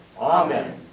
Amen